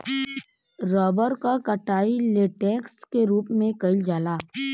rubber क कटाई latex क रूप में कइल जाला